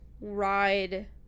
ride